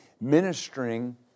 Ministering